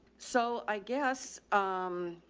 so i guess, um,